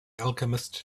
alchemist